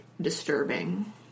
disturbing